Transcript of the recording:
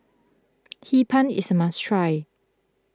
Hee Pan is must try